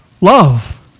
love